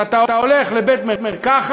כשאתה הולך לבית-מרקחת,